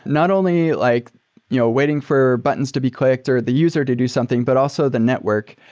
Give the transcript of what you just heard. not only like you know waiting for buttons to be clicked or the user to do something, but also the network.